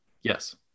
Yes